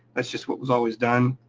that's just what was always done,